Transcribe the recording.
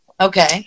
Okay